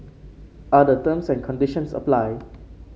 other terms and conditions apply